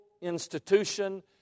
institution